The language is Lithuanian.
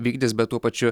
vykdys bet tuo pačiu